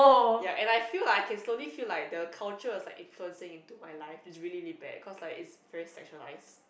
ya and I feel like I can slowly feel like the culture was like influencing into my life is really really bad cause like its very sexualised